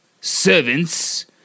servants